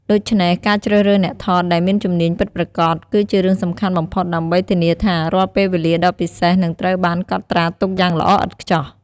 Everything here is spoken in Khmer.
ដូច្នេះ ការជ្រើសរើសអ្នកថតដែលមានជំនាញពិតប្រាកដ គឺជារឿងសំខាន់បំផុតដើម្បីធានាថា រាល់ពេលវេលាដ៏ពិសេសនឹងត្រូវបានកត់ត្រាទុកយ៉ាងល្អឥតខ្ចោះ។